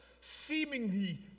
seemingly